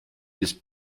ist